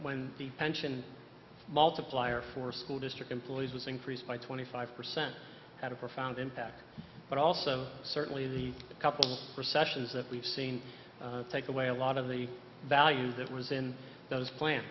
when the pension multiplier for school district employees was increased by twenty five percent had a profound impact but also certainly in the couple recessions that we've seen take away a lot of the values that was in those plan